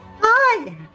Hi